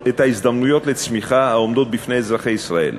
העומדות בפני אזרחי ישראל.